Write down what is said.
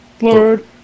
Lord